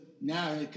now